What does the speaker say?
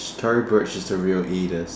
Tory Burch is the real aide